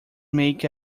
make